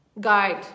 guide